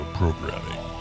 programming